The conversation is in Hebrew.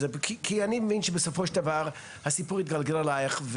כי אני מבין שבסופו של דבר הסיפור התגלגל עלייך,